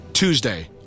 Tuesday